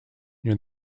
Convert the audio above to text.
near